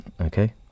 okay